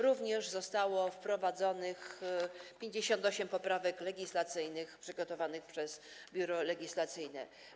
Również zostało wprowadzonych 58 poprawek legislacyjnych przygotowanych przez Biuro Legislacyjne.